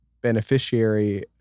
beneficiary